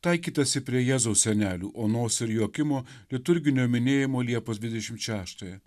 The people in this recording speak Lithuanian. taikytasi prie jėzaus senelių onos ir joakimo liturginio minėjimo liepos dvidešimt šeštąją